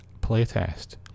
playtest